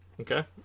okay